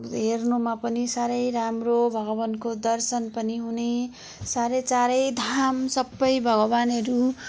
हेर्नुमा पनि साह्रै राम्रो भगवान्को दर्शन पनि हुने साह्रै चार धाम सब भगवान्हरू